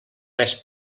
més